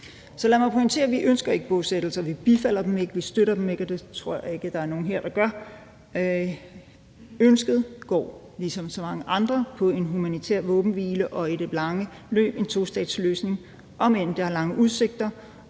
Så lad mig pointere: Vi ønsker ikke bosættelser, vi bifalder dem ikke, vi støtter dem ikke, og det tror jeg ikke at der er nogen her der gør. Ønsket går ligesom for så mange andre på en humanitær våbenhvile og i det lange løb er en tostatsløsning. Om end det har lange udsigter,